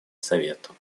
совета